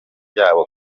byabo